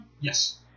Yes